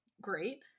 Great